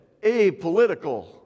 Apolitical